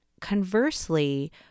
conversely